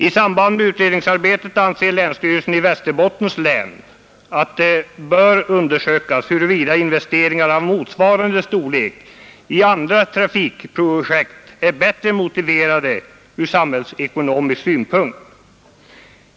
I samband med utredningsarbetet anser länsstyrelsen i Västerbottens län att man bör undersöka huruvida investeringar av motsvarande storlek i andra trafikprojekt är bättre motiverade ur samhällsekonomisk synpunkt.